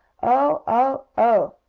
oh! oh! oh!